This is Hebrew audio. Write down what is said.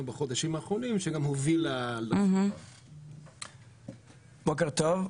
בחודשים האחרונים שגם הובילה ל- -- בוקר טוב.